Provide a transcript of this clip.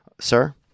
sir